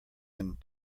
end